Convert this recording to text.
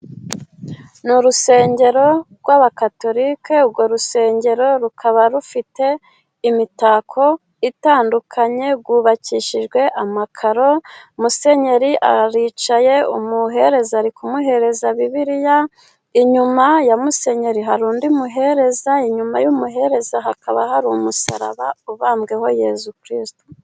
Ni urusengero rw'abakatolika, urwo rusengero rukaba rufite imitako itandukanye , rwubakishijwe amakaro , musenyeri aricaye, umuhereza ari kumuhereza bibiliya, inyuma ya musenyeri hari undi muhereza, inyuma y'umuhereza hakaba hari umusaraba ubambweho yezu kirisitu.